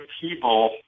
people